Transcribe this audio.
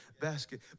basket